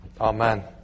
Amen